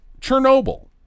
Chernobyl